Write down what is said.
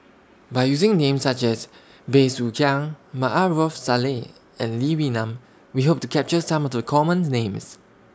By using Names such as Bey Soo Khiang Maarof Salleh and Lee Wee Nam We Hope to capture Some of The commons Names